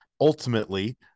ultimately